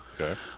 okay